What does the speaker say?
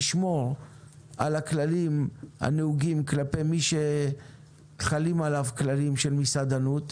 לשמור על הכללים הנהוגים כלפי מי שחלים עליו כללים של מסעדנות,